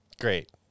Great